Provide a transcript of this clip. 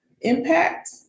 impact